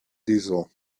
diesel